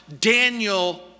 Daniel